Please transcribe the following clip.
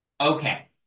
Okay